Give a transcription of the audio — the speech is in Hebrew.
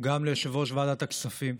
ליושב-ראש ועדת הכספים,